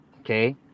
okay